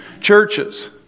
churches